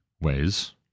ways